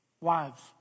wives